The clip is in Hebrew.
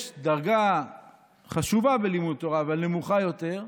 יש דרגה חשובה בלימוד תורה אבל נמוכה יותר,